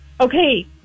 Okay